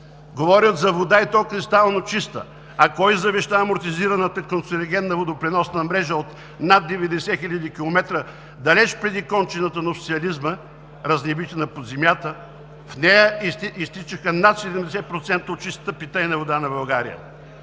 Говорят за вода, и то кристалночиста! А кой завеща амортизираната канцерогенна водопреносна мрежа от над 90 хил. км далеч преди кончината на социализма, разнебитена под земята? В нея изтичаха над 70% от чистата питейна вода на България.